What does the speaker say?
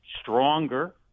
stronger